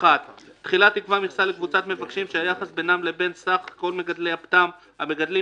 תחילה תקבע מכסה לקבוצת מבקשים שהיחס בינם לבין סך כל מגדלי הפטם המגדלים